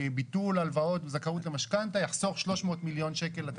ביטול הלוואות זכאות למשכנתא יחסוך 300 מיליון שקל לתקציב,